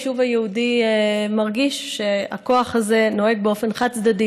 היישוב היהודי מרגיש שהכוח הזה נוהג באופן חד-צדדי